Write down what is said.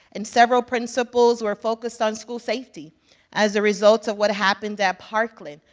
and several principals were focused on school safety as a result of what happened at parkland,